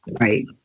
right